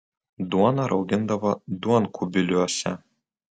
duoną raugindavo duonkubiliuose